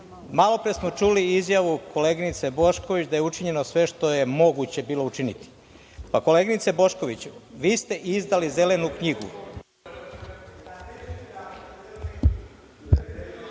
Malopre smo čuli izjavu koleginice Bošković da je učinjeno sve što je moguće bilo učiniti. Koleginice Bošković vi ste izdali „zelenu knjigu“.